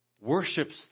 worships